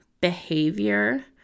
behavior